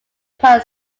pan